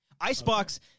Icebox